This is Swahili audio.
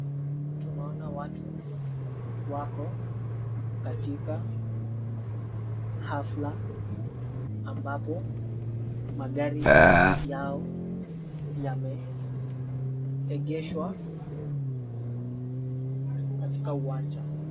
Tunaona watu wako katika hafla ambapo magari yao yame egeshwa katika uwanja.